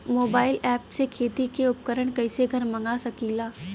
Mobile ऐपसे खेती के उपकरण कइसे घर मगा सकीला?